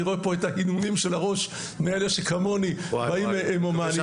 אני רואה פה את ההנהונים של הראש מאלה שכמוני הם הומניים.